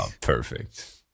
Perfect